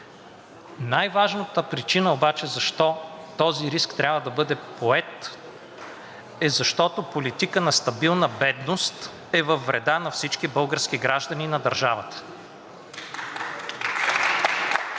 Най-важната причина обаче защо този риск трябва да бъде поет е, защото политика на стабилна бедност е във вреда на всички български граждани и на държавата.